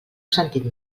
sentit